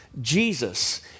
Jesus